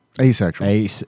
Asexual